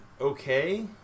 okay